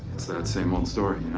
it's that same old story,